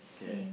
same